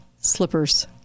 slippers